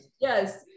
Yes